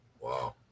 wow